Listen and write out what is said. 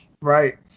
right